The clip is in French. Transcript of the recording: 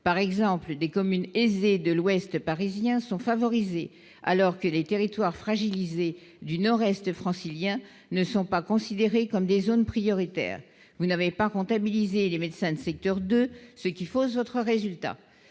par exemple des communes aisées de l'ouest parisien sont favorisés, alors que les territoires fragilisés du Nord-Est francilien ne sont pas considérées comme des zones prioritaires, vous n'avez pas les médecins de secteur 2 ce qu'il faut aux autres résultat